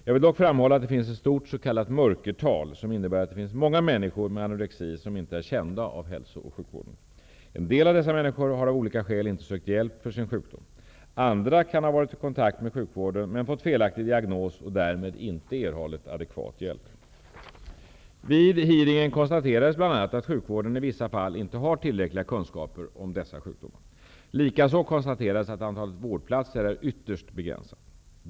Jag vill dock framhålla att det finns ett stort s.k. mörkertal, vilket innebär att det finns många människor med anorexi som inte är kända av hälso och sjukvården. En del av dessa människor har av olika skäl inte sökt hjälp för sin sjukdom. Andra kan ha varit i kontakt med sjukvården men fått felaktig diagnos och därmed inte erhållit adekvat hjälp. Vid hearingen konstaterades bl.a. att sjukvården i vissa fall inte har tillräckliga kunskaper om dessa sjukdomar. Likaså konstaterades att antalet vårdplatser är ytterst begränsat.